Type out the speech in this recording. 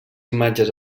imatges